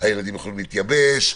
הילדים יכולים להתייבש,